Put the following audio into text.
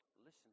Listen